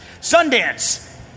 Sundance